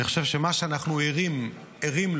אני חושב שמה שאנחנו ערים לו